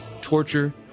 torture